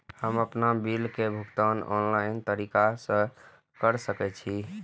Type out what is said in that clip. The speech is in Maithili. हम आपन बिल के भुगतान ऑनलाइन तरीका से कर सके छी?